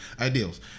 ideals